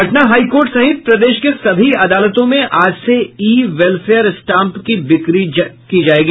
Patna high court सहित प्रदेश के सभी अदालतों में आज से ई वेलफेयर स्टांप की बिक्री की जायेगी